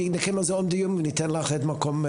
נקיים על זה עוד דיון וניתן לך זמן להקדים